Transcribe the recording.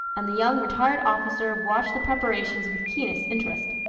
and the young retired officer watched the preparations with keenest interest.